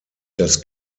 das